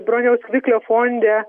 broniaus kviklio fonde